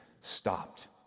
stopped